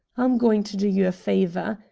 i'm going to do you a favor.